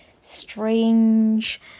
strange